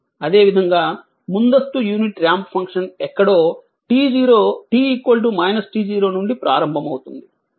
అదే విధంగా ముందస్తు యూనిట్ రాంప్ ఫంక్షన్ ఎక్కడో t t 0 నుండి ప్రారంభమవుతుంది